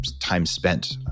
time-spent